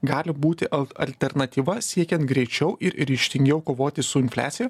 gali būti al alternatyva siekiant greičiau ir ryžtingiau kovoti su infliacija